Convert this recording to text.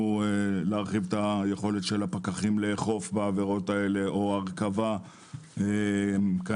להרחיב את יכולת הפקחים לאכוף בעבירות האלה או הרכבה כנ"ל.